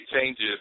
changes